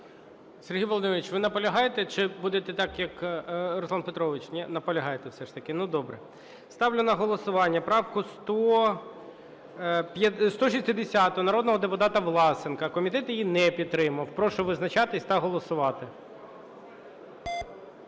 Сергій Володимирович, ви наполягаєте, чи будете так, як Руслан Петрович? Наполягаєте все ж таки. Добре Ставлю на голосування правку 160 народного депутата Власенка. Комітет її не підтримав. Прошу визначатись та голосувати.